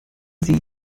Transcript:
sie